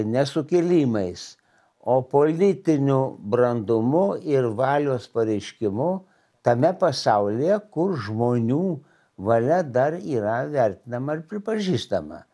ne sukilimais o politiniu brandumu ir valios pareiškimu tame pasaulyje kur žmonių valia dar yra vertinama ir pripažįstama